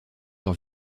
leur